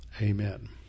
amen